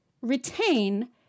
retain